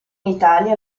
italia